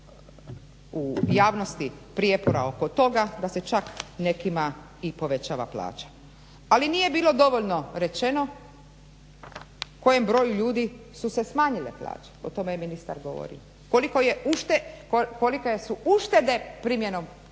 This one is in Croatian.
u javnosti prijepora oko toga da se čak nekima i povećava plaća. Ali nije bilo dovoljno rečeno kojem broju ljudi su se smanjile plaće. O tome je ministar govorio. Kolike su uštede primjenom